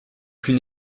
plus